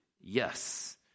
Yes